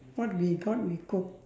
what we got we cook